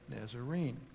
Nazarene